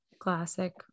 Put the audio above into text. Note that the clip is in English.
classic